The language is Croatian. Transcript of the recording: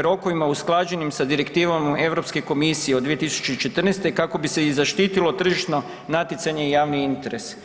rokovima usklađenim sa direktivama Europske komisije od 2014. kako bi se i zaštitilo tržišno natjecanje i javni interes.